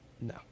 No